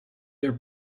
their